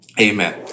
Amen